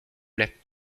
plait